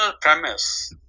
premise